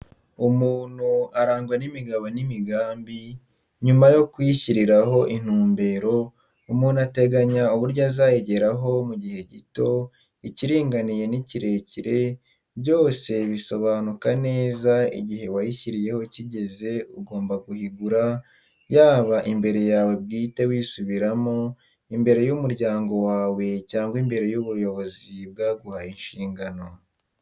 Umuntu arangwa n'imigabo n'imigambi; nyuma yo kwishyiriraho intumbero, umuntu ateganya uburyo azayigeraho, mu gihe gito, ikiringaniye n'ikirekire; byose bisobanuka neza igihe wishyiriyeho kigeze ugomba guhigura; yaba imbere yawe bwite wisubiramo, imbere y'umuryango wawe cyangwa imbere y'ubuyobozi bwaguhaye inshingano.